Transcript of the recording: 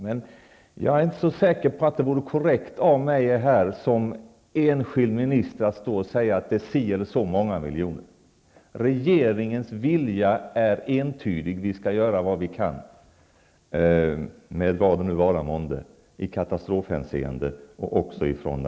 Men jag är inte så säker på att det vore korrekt av mig som enskild minister att säga att det handlar om si eller så många miljoner. Regeringens vilja är entydig. Vi skall göra vad vi kan med vad det vara månde i katastrofhänseende.